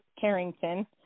Carrington